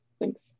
Thanks